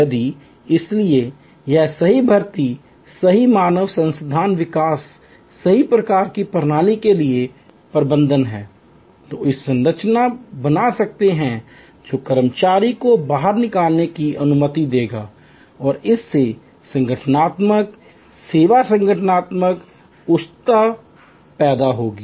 यदि इसलिए यह सही भर्ती सही मानव संसाधन विकास सही प्रकार की प्रणाली के लिए प्रबंधन है तो हम संरचना बना सकते हैं जो कर्मचारी को बाहर निकालने की अनुमति देगा और इससे संगठनात्मक सेवा संगठनात्मक उत्कृष्टता पैदा होगी